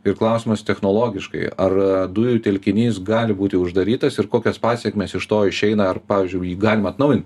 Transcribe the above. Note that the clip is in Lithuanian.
ir klausimas technologiškai ar dujų telkinys gali būti uždarytas ir kokias pasekmės iš to išeina ar pavyzdžiui jį galima atnaujin